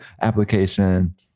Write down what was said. application